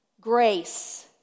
Grace